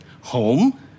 Home